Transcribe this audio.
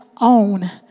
own